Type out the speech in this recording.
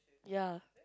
ya